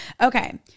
Okay